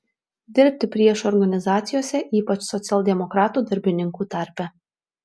dirbti priešo organizacijose ypač socialdemokratų darbininkų tarpe